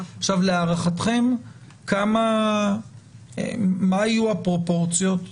להערכתכם, מה היו הפרופורציות?